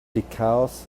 because